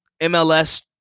MLS